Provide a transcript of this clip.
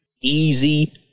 easy